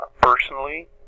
personally